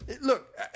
look